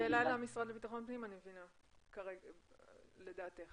אני מבינה שלדעתך